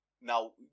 now